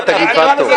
אתה תגיד פקטור.